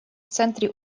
центре